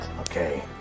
Okay